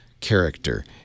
character